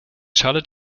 schadet